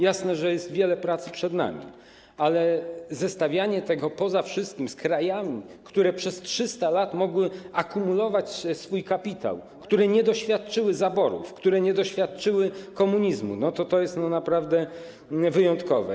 Jasne, że jest wiele pracy przed nami, ale zestawianie tego poza wszystkim z krajami, które przez 300 lat mogły akumulować swój kapitał, które nie doświadczyły zaborów, które nie doświadczyły komunizmu, to jest naprawdę wyjątkowe.